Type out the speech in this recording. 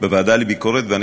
בוועדה לביקורת המדינה.